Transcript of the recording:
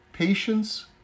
Patience